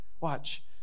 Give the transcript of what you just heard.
Watch